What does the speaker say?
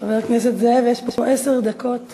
חבר הכנסת זאב, יש פה עשר דקות